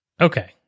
Okay